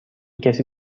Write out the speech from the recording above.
کسی